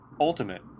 Ultimate